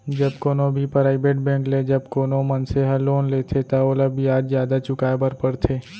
जब कोनो भी पराइबेट बेंक ले जब कोनो मनसे ह लोन लेथे त ओला बियाज जादा चुकाय बर परथे